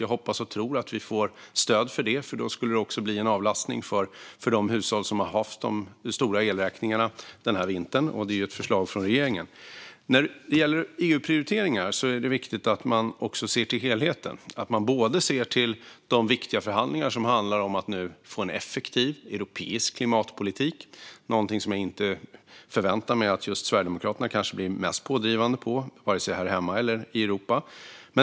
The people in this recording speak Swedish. Jag hoppas och tror att vi får stöd för det, för då skulle det bli en avlastning för de hushåll som har haft stora elräkningar denna vinter. Det är ett förslag från regeringen. När det gäller EU-prioriteringar är det viktigt att man också ser till helheten. Man måste se till de viktiga förhandlingar som handlar om att nu få en effektiv europeisk klimatpolitik, vilket jag kanske inte förväntar mig att just Sverigedemokraterna blir mest pådrivande för, vare sig här hemma eller i Europa.